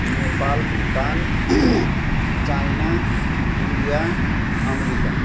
Nepal Bhutan China India America